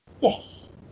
Yes